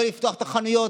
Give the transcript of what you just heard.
לא לפתוח את החנויות,